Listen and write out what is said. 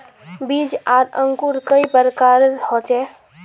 बीज आर अंकूर कई प्रकार होचे?